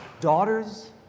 daughters